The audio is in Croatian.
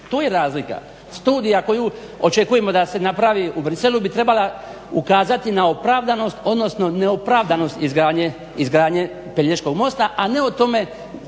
to je razlika. Studija koju očekujemo da se napravi u Bruxellesu bi trebala ukazati na opravdanost, odnosno neopravdanost izgradnje Pelješkog mosta, a ne o tome